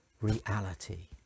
reality